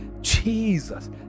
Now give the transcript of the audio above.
Jesus